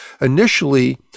initially